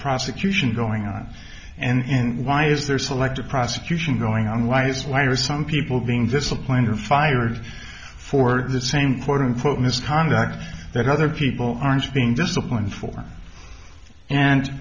prosecution going on and why is there selective prosecution going on why is why are some people being disciplined who fired for the same quote unquote misconduct that other people aren't being disciplined for and